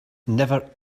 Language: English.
never